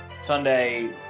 Sunday